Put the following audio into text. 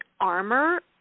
armor